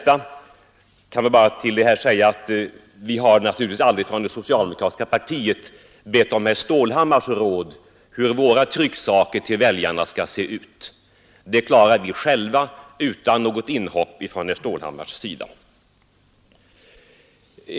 Till detta kan jag väl bara säga att vi naturligtvis aldrig från det socialdemokratiska partiet har bett om herr Stålhammars råd om hur våra trycksaker till väljarna skall se ut. Det klarar vi själva utan något inhopp från herr Stålhammars sida.